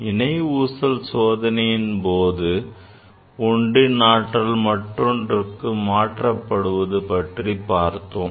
இணை ஊசல் சோதனையின்போது ஒன்றின் ஆற்றல் மற்றொன்றுக்கு மாற்றப்படுவது பற்றிப் பார்த்தோம்